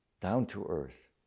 down-to-earth